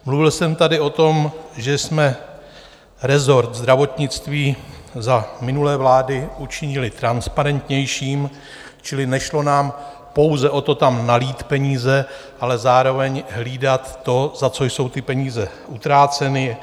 Mluvil jsem tady o tom, že jsme resort zdravotnictví za minulé vlády učinili transparentnějším, čili nešlo nám pouze o to tam nalít peníze, ale zároveň hlídat, za co jsou ty peníze utráceny.